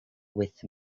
with